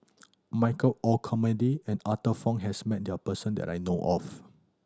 Michael Olcomendy and Arthur Fong has met their person that I know of